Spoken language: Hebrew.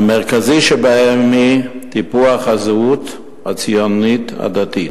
והמרכזי שבהם הוא טיפוח הזהות הציונית-דתית.